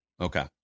Okay